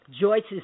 Joyce's